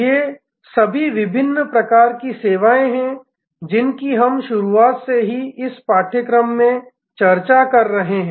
ये सभी विभिन्न प्रकार की सेवाएँ हैं जिनकी हम शुरुआत से ही इस पाठ्यक्रम में चर्चा कर रहे हैं